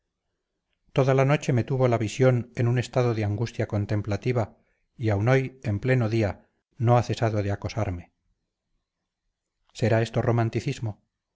toda la noche me tuvo la visión en un estado de angustia contemplativa y aun hoy en pleno día no ha cesado de acosarme será esto romanticismo